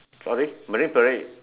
sorry marine Parade